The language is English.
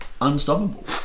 unstoppable